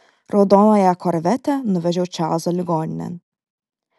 raudonąja korvete nuvežiau čarlzą ligoninėn